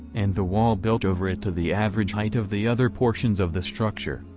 and the wall built over it to the average height of the other portions of the structure,